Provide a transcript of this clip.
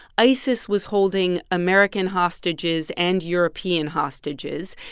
isis was holding american hostages and european hostages.